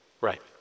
Right